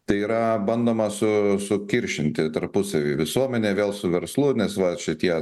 tai yra bandoma su sukiršinti tarpusavy visuomenę vėl su verslu nes va šitie